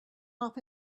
off